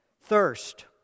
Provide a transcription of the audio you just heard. thirst